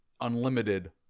unlimited